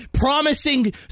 promising